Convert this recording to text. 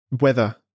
weather